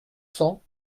cents